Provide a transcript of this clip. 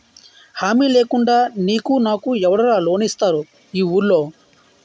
హామీ లేకుండా నీకు నాకు ఎవడురా లోన్ ఇస్తారు ఈ వూళ్ళో?